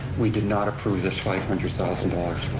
we did not approve this five hundred thousand dollars.